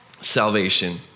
salvation